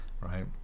right